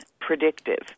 predictive